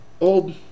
Old